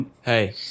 hey